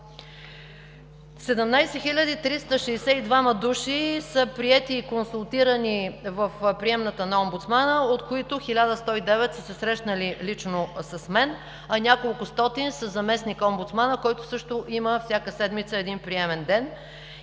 17 362 души са приети и консултирани в приемната на омбудсмана, от които 1109 са се срещнали лично с мен, а няколкостотин – със заместник-омбудсмана, който също всяка седмица има един приемен ден.